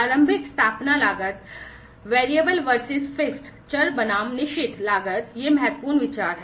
प्रारंभिक स्थापना लागत चर बनाम निश्चित लागत ये महत्वपूर्ण विचार हैं